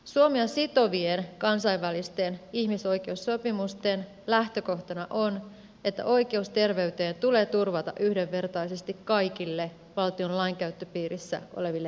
suomea sitovien kansainvälisten ihmisoikeussopimusten lähtökohtana on että oikeus terveyteen tulee turvata yhdenvertaisesti kaikille valtion lainkäyttö piirissä oleville henkilöille